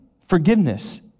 forgiveness